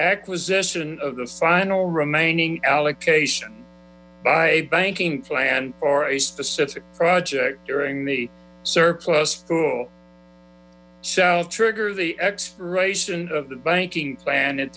acquisition of the final remaining allocation by a banking plan or a specific project during the surplus pool shall trigger the expiration of the banking plan